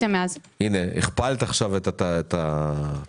אדוני היושב-ראש,